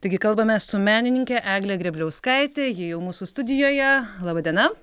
taigi kalbamės su menininke egle grėbliauskaite ji jau mūsų studijoje laba diena